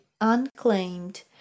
Unclaimed